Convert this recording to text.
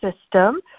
system